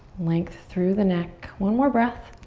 lengthen through the neck. one more breath.